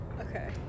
Okay